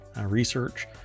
research